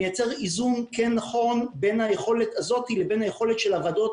היא מייצרת איזון נכון בין היכולת הזאת לבין היכולת של הוועדות